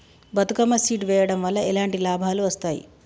Bathukamma seed వెయ్యడం వల్ల ఎలాంటి లాభాలు వస్తాయి?